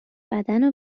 بدنو